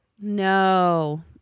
No